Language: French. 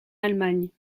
allemagne